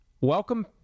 welcome